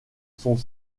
sont